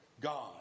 God